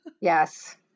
Yes